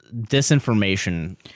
disinformation